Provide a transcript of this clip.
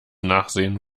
nachsehen